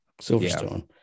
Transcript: Silverstone